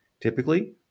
typically